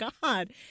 God